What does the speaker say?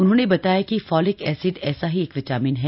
उन्होंने बताया कि फॉलिक एसिड ऐसा ही एक विटामिन है